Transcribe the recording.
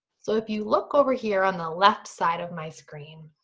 so if you look over here on the left side of my screen,